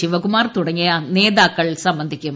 ശിവകുമാർ തുടങ്ങിയ രമേശ് നേതാക്കൾ സംബന്ധിക്കും